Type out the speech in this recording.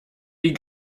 die